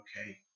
Okay